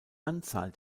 anzahl